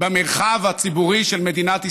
במרחב הציבורי של מדינת ישראל,